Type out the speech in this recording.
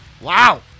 wow